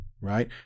right